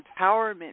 empowerment